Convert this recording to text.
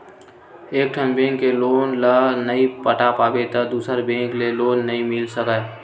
एकठन बेंक के लोन ल नइ पटा पाबे त दूसर बेंक ले लोन नइ मिल सकय